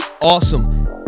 awesome